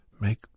Make